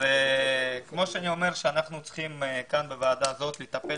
אני אומר שאנחנו בוועדה הזאת צריכים לטפל